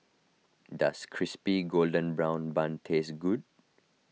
does Crispy Golden Brown Bun taste good